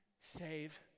save